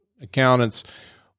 accountants